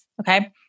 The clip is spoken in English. okay